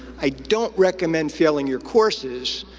i don't recommend failing your courses,